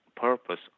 purpose